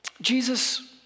Jesus